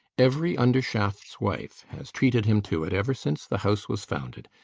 every undershaft's wife has treated him to it ever since the house was founded.